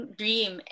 dream